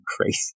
Crazy